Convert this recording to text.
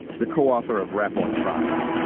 the co-author of rap on trial.